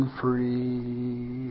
free